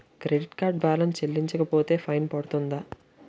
Credit card balance చెల్లించకపోతే fine పడ్తుంద?